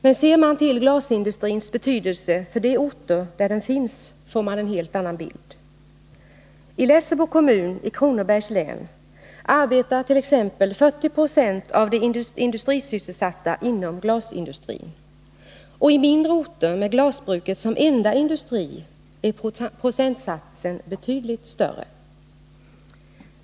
Men ser man till dess betydelse för de orter där den finns, får man en helt annan bild. I Lessebo kommun i Kronobergs län arbetar t.ex. 40 Jo av de industrisysselsatta inom glasindustrin, och i mindre orter, där glasbruket är den enda industrin, är procentsatsen betydligt större.